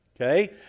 Okay